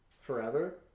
forever